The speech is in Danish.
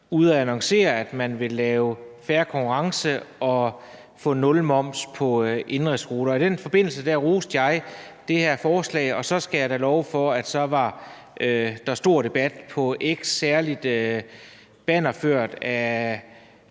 ude at annoncere, at man ville lave fair konkurrence og få nulmoms på indenrigsruter. I den forbindelse roste jeg det her forslag, og så skal jeg da love for, at der var stor debat på X, særlig bannerført af